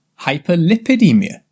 Hyperlipidemia